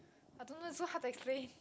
I don't know it's so hard to explain